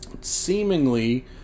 seemingly